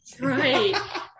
Right